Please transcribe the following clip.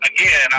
Again